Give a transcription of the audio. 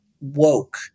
woke